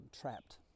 trapped